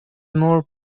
more